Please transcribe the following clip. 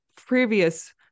previous